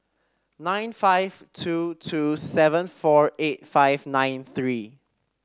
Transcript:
nine five two two seven four eight five nine three